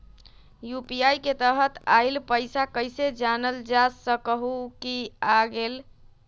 UPI के तहत आइल पैसा कईसे जानल जा सकहु की आ गेल?